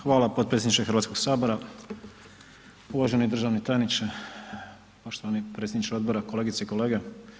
Hvala potpredsjedniče Hrvatskog sabora, uvaženi državni tajniče, poštovani predsjedniče odbora, kolegice i kolege.